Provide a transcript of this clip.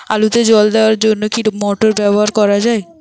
আলুতে জল দেওয়ার জন্য কি মোটর ব্যবহার করা যায়?